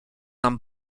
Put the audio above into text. nam